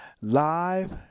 live